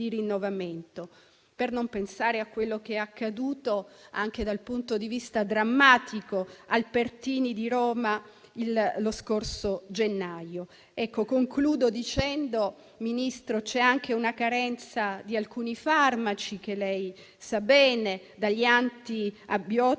Per non pensare a quello che è accaduto, anche dal punto di vista drammatico, al Pertini di Roma lo scorso gennaio. Concludo dicendo, Ministro, che c'è anche una carenza di alcuni farmaci - come lei sa bene - dagli antibiotici